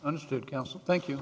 understood counsel thank you